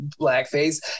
blackface